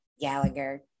Gallagher